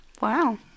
wow